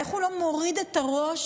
איך הוא לא מוריד את הראש?